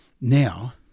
now